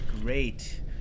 great